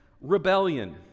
rebellion